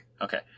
Okay